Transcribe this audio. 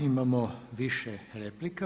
Imamo više replika.